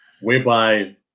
whereby